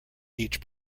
each